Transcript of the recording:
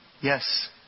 Yes